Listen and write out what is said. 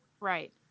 right